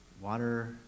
water